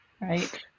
right